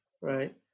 right